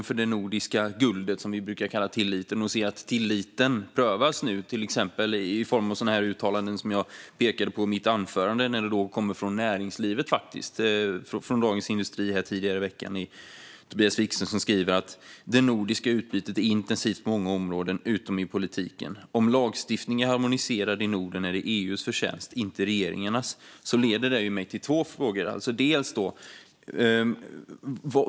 Vi ser nu att tilliten, som brukar kallas för det nordiska guldet, nu prövas till exempel i form av sådana uttalanden som jag pekade på i mitt anförande och som faktiskt kommer från näringslivet, från en artikel i Dagens industri tidigare i veckan. Tobias Wikström skriver: Det nordiska utbytet är intensivt på många områden utom i politiken. Om lagstiftningen är harmoniserad i Norden är det EU:s förtjänst, inte regeringarnas. Det leder mig till två frågor.